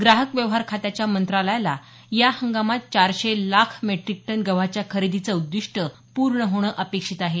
ग्राहक व्यवहार खात्याच्या मंत्रालयाला या हंगामात चारशे लाख मेट्रिक टन गव्हाच्या खरेदीचं उद्दिष्ट पूर्ण होणं अपेक्षित आहे